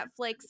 Netflix